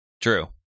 True